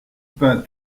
pain